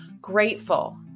grateful